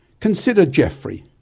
consider geoffrey,